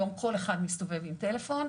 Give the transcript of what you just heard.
היום כל אחד מסתובב עם טלפון,